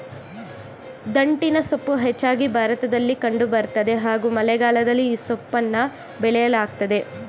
ದಂಟಿನಸೊಪ್ಪು ಹೆಚ್ಚಾಗಿ ಭಾರತದಲ್ಲಿ ಕಂಡು ಬರ್ತದೆ ಹಾಗೂ ಮಳೆಗಾಲದಲ್ಲಿ ಈ ಸೊಪ್ಪನ್ನ ಬೆಳೆಯಲಾಗ್ತದೆ